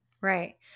Right